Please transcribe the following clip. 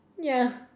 yeah